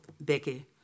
Becky